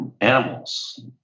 Animals